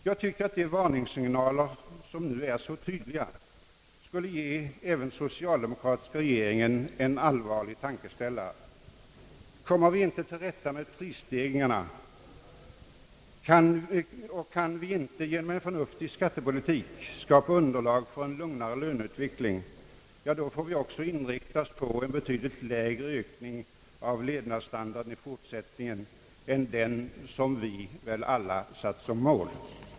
Jag tycker att de varningssignaler som nu är så tydliga skulle ge även den socialdemokratiska regeringen en allvar lig tankeställare. Kommer vi inte till rätta med prisstegringarna och kan vi inte genom en förnuftig skattepolitik skaffa underlag för en lugnare löneutveckling, får vi också inrikta oss på en betydligt lägre ökning av levnadsstandarden i fortsättningen än den som vi väl alla har satt som mål.